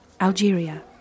Algeria